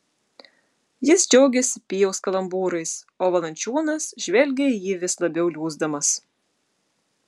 jis džiaugėsi pijaus kalambūrais o valančiūnas žvelgė į jį vis labiau liūsdamas